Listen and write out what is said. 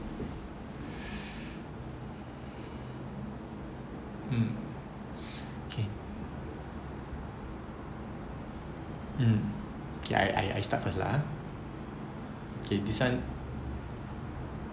mm okay hmm okay I I I start first lah okay this one